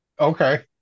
Okay